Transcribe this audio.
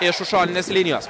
iš už šoninės linijos